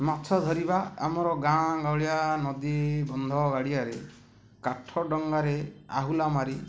ମାଛ ଧରିବା ଆମର ଗାଁ ଗହଳିଆ ନଦୀ ବନ୍ଧ ଗଡ଼ିଆରେ କାଠ ଡଙ୍ଗାରେ ଆହୁଲା ମାରି